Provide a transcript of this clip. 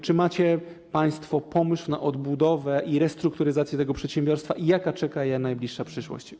Czy macie państwo pomysł na odbudowę i restrukturyzację tego przedsiębiorstwa i jaka czeka je najbliższa przyszłość?